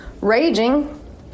raging